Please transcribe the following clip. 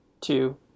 two